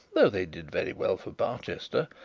though they did very well for barchester,